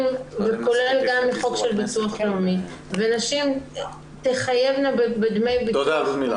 כולל גם חוק של ביטוח לאומי ונשים תחייבנה בדמי --- תודה.